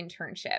internship